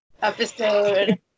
Episode